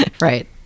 right